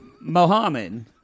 Mohammed